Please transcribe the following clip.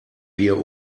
wir